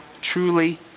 truly